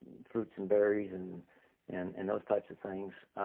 fruits and berries and and and those types of things.